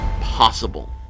possible